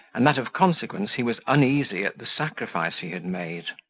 and that, of consequence, he was uneasy at the sacrifice he had made.